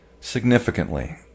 significantly